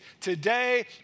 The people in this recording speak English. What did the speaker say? today